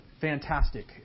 fantastic